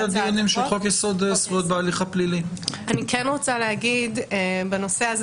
כן רוצה להגיד בנושא הזה